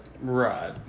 Right